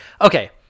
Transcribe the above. okay